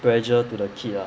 pressure to the kid ah